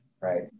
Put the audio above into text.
right